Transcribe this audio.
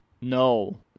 No